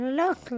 look